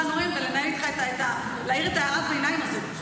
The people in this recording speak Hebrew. נואם ולהעיר את הערת הביניים הזאת.